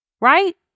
Right